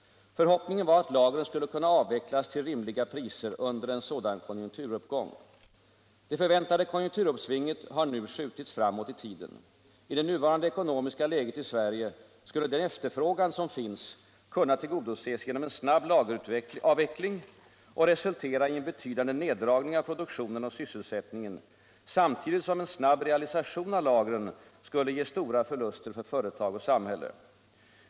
Förhoppningen var att lagren skulle kunna avvecklas till rimliga priser under en sådan konjunkturuppgång. Det förväntade konjunkturuppsvinget har nu skjutits framåt i tiden. I det nuvarande ekonomiska läget i Sverige skulle den efterfrågan som finns kunna tillgodoses genom en snabb lageravveckling och resultera i en betydande neddragning av produktionen och sysselsättningen samtidigt som en snabb realisation av lagren skulle ge stora förluster för företag och samhälle.